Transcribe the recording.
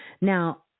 Now